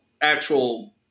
actual